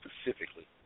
specifically